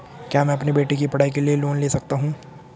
क्या मैं अपने बेटे की पढ़ाई के लिए लोंन ले सकता हूं?